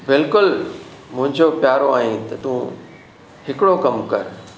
बिल्कुलु मुंहिंजो प्यारो आहीं त तूं हिकिड़ो कमु कर